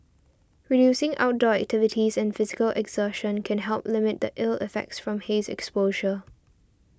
reducing outdoor activities and physical exertion can help limit the ill effects from haze exposure